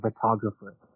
photographer